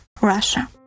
Russia